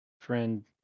friend